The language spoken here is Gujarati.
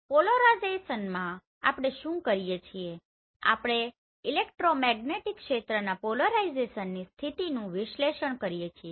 તો પોલરાઇઝેશનમાં આપણે શું કરીએ છીએ આપણે ઇલેક્ટ્રોમેગ્નેટિક ક્ષેત્રના પોલરાઇઝેશનની સ્થિતિનું વિશ્લેષણ કરીએ છીએ